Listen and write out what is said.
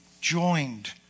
joined